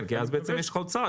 כי אז בעצם יש לך הוצאה,